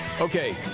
Okay